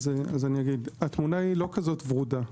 התמונה לא כזאת ורודה.